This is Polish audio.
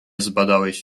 zbadałeś